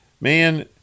Man